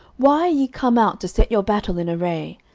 why are ye come out to set your battle in array?